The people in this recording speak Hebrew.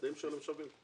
התנאים שלהם שווים.